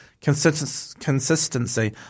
consistency